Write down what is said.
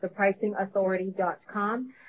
thepricingauthority.com